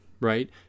right